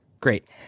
Great